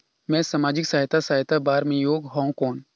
मैं समाजिक सहायता सहायता बार मैं योग हवं कौन?